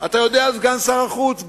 אתה יודע, סגן שר החוץ?